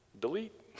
delete